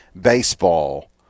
baseball